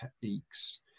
techniques